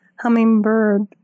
hummingbird